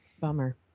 Bummer